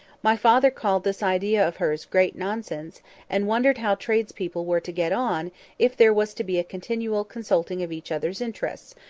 my father called this idea of hers great nonsense, and wondered how tradespeople were to get on if there was to be a continual consulting of each other's interests,